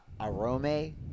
Arome